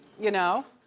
you know?